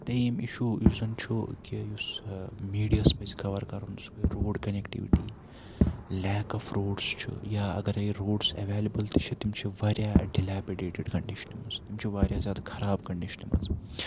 ترٛییِم اِشوٗ یُس زَن چھُ کہِ یُس میٖڈیا ہس پَزِ کَوَر کَرُن road connectivity lack of roads چھُ یا اَگرٕے ایٚولیبٕل تہِ چھِ تِم چھِ واریاہ ڈِلیپِڈیٹِڈ کنڈِشنہِ منٛز تِم چھِ واریاہ خَراب کنڈِشنہٕ منٛز